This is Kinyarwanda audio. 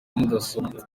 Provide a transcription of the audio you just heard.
mudasobwa